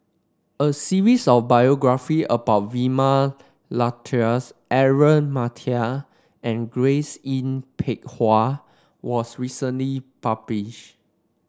a series of biography about Vilma Laus Aaron Maniam and Grace Yin Peck Ha was recently published